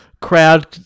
crowd